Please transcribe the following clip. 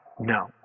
No